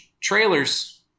Trailers